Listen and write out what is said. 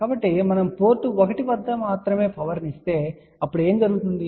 కాబట్టి మనము పోర్ట్ 1 వద్ద మాత్రమే పవర్ ని ఇస్తే అప్పుడు ఏమి జరుగుతుంది